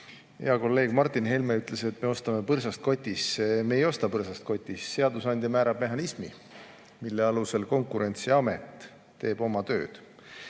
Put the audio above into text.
Hea kolleeg Martin Helme ütles, et me ostame põrsast kotis. Me ei osta põrsast kotis, seadusandja määrab mehhanismi, mille alusel Konkurentsiamet teeb oma tööd.